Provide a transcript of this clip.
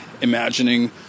imagining